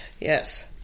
Yes